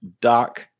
Doc